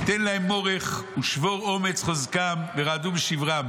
תן להם מורך ושבור אומץ חוזקם ורעדו בשברם.